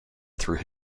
through